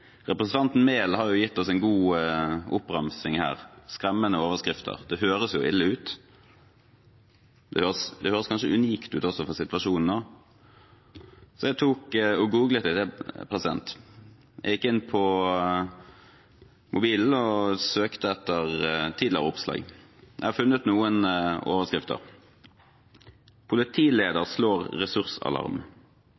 Representanten Enger Mehl har gitt oss en god oppramsing her – skremmende overskrifter. Det høres jo ille ut, det høres kanskje også unikt ut for situasjonen. Så jeg googlet det. Jeg gikk inn på mobilen og søkte etter tidligere oppslag, og jeg har funnet noen overskrifter: Politileder